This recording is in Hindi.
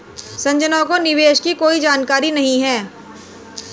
संजना को निवेश की कोई जानकारी नहीं है